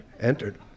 entered